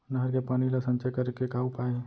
नहर के पानी ला संचय करे के का उपाय हे?